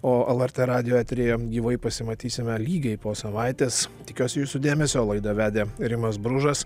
o lrt radijo eteryje gyvai pasimatysime lygiai po savaitės tikiuosi jūsų dėmesio laidą vedė rimas bružas